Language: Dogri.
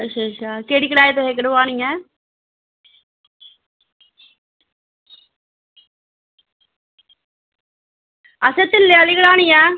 अच्छा अच्छा केह्ड़ी कढ़ाई तुसें कड़वानी ऐ तिल्ले आह्ली कढ़ानी ऐ